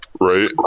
right